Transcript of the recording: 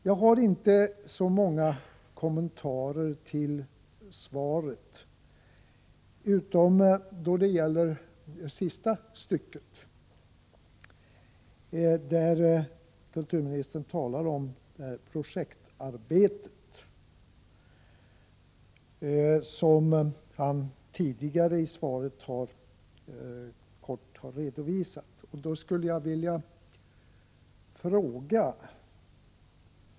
Jag vill närmast kommentera det sista stycket i kulturministerns svar, där han berör det projektarbete som han tidigare i svaret har redovisat.